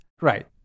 Right